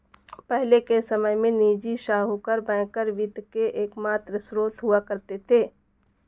पहले के समय में निजी साहूकर बैंकर वित्त के एकमात्र स्त्रोत हुआ करते थे